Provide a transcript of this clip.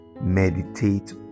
meditate